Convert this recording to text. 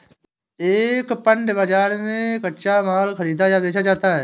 एक पण्य बाजार में कच्चा माल खरीदा या बेचा जाता है